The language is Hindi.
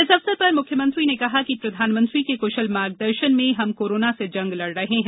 इस अवसर पर मुख्यमंत्री ने कहा कि प्रधानमंत्री के कुशल मार्गदर्शन में हम कोरोना से जंग लड़ रहे हैं